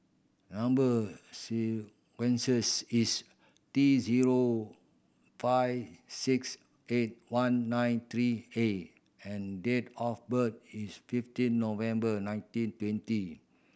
number sequence is T zero five six eight one nine three A and date of birth is fifteen November nineteen twenty